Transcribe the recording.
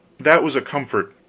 that was a comfort.